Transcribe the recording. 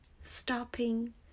stopping